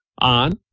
On